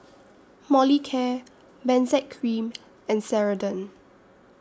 Molicare Benzac Cream and Ceradan